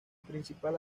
principal